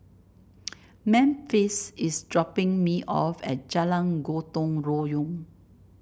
Memphis is dropping me off at Jalan Gotong Royong